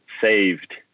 saved